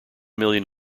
million